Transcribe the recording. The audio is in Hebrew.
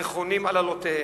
רכונים על אלותיהם.